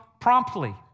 promptly